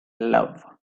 love